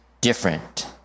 different